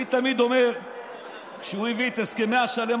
אני תמיד אומר שכשהוא הביא את הסכמי השלום,